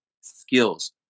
skills